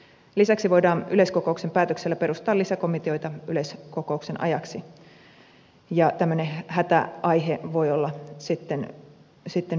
lisäksi voidaan yleiskokouksen päätöksellä perustaa lisäkomiteoita yleiskokouksen ajaksi ja tämmöinen hätäaihe voi olla sitten myös teemana